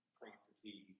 property